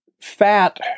fat